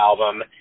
album